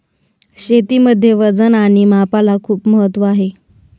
शेतीमध्ये वजन आणि मापाला खूप महत्त्व आहे